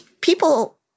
people